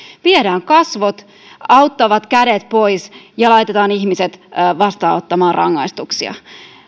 viedään auttavat kasvot ja kädet pois ja laitetaan ihmiset vastaanottamaan rangaistuksia